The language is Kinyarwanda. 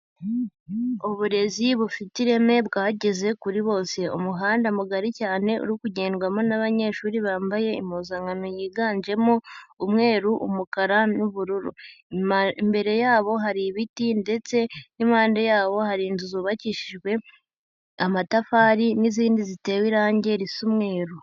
Uburezi bufite ireme bwageze kuri bose, umuhanda mugari cyane uri kugendwamo n'abanyeshuri bambaye impuzankano yiganjemo: umweru, umukara n'ubururu, imbere yabo hari ibiti, ndetse n'impande yawo hari inzu zubakishijwe amatafari, n'izindi zitewe irangi risa umweru.